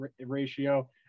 ratio